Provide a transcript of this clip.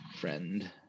friend